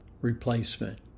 replacement